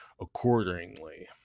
accordingly